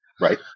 right